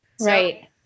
Right